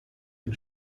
den